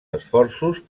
esforços